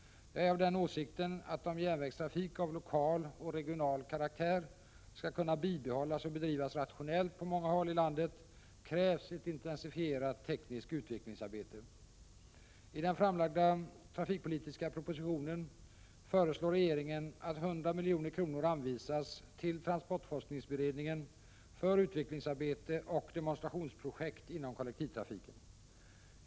Jag är av den åsikten att om järnvägstrafik av lokal och regional karaktär skall kunna bibehållas och bedrivas rationellt på många håll i landet, krävs ett intensifierat tekniskt utvecklingsarbete. I den framlagda trafikpolitiska propositionen föreslår regeringen att 100 milj.kr. anvisas till transportforskningsberedningen för utvecklingsarbete och demonstrationsprojekt inom kollektivtrafiken.